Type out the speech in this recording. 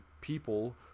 people